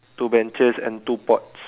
two benches and two ports